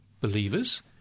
believers